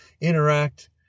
interact